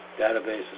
databases